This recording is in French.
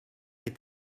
est